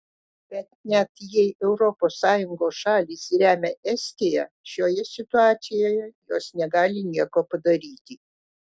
bet net jei europos sąjungos šalys remia estiją šioje situacijoje jos negali nieko padaryti